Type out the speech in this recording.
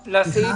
ממשרד המשפטים.